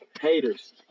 Haters